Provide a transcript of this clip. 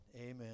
Amen